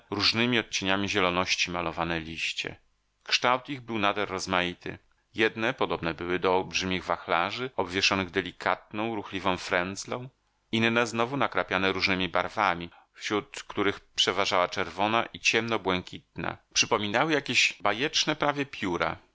różnymi odcieniami zieloności malowane liście kształt ich był nader rozmaity jedne podobne były do olbrzymich wachlarzy obwieszonych delikatną ruchliwą frendzlą inne znowu nakrapiane różnemi barwami wśród których przeważała czerwona i ciemno błękitna przypominały jakieś bajeczne pawie pióra